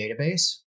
database